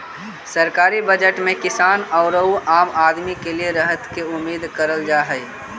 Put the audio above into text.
सरकारी बजट में किसान औउर आम आदमी के लिए राहत के उम्मीद करल जा हई